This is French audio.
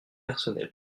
personnels